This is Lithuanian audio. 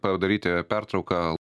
padaryti pertrauką